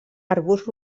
arbust